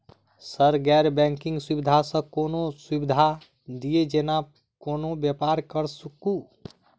Sir गैर banking सुविधा सँ कोनों सुविधा दिए जेना कोनो व्यापार करऽ सकु?